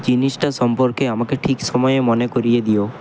জিনিসটা সম্পর্কে আমাকে ঠিক সময়ে মনে করিয়ে দিও